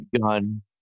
gun